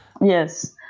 Yes